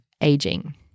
aging